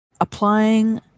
applying